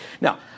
Now